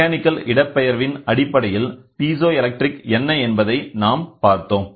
mechanical இடப்பெயர்வின் அடிப்படையில் piezo electric என்ன என்பதை நாம் பார்த்தோம்